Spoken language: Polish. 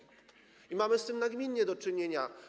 I mamy z tym nagminnie do czynienia.